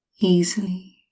easily